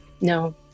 No